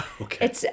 Okay